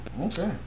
okay